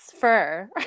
fur